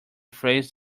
phase